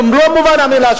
במלוא מובן המלה,